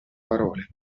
parole